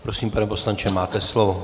Prosím, pane poslanče, máte slovo.